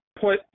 put